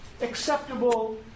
acceptable